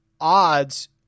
odds